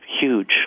huge